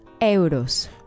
euros